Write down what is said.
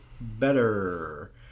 better